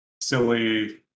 silly